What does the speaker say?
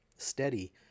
steady